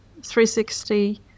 360